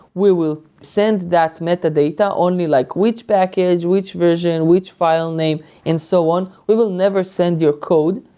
we will send that metadata only like which package, which version, which file name and so on. we will never send your code,